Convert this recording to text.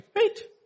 Wait